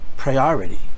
priority